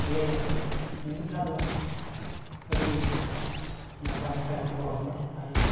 ᱮᱲᱮ ᱢᱤᱢᱤᱫᱴᱟᱜ ᱫᱚ ᱟᱹᱰᱤ ᱱᱟᱯᱟᱭ ᱱᱟᱯᱟᱭ ᱠᱷᱚᱵᱚᱨ ᱦᱚᱸᱠᱚ ᱪᱷᱟᱯᱟᱭᱟ